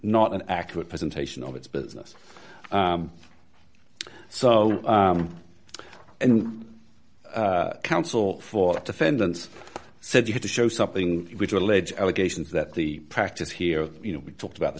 not an accurate presentation of its business so counsel for defendants said you had to show something which are alleged allegations that the practice here you know we talked about the